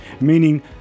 meaning